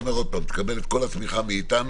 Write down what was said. אומר עוד פעם: תקבל את כל התמיכה מאתנו